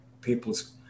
people's